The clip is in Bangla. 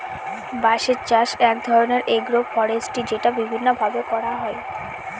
বাঁশের চাষ এক ধরনের এগ্রো ফরেষ্ট্রী যেটা বিভিন্ন ভাবে করা হয়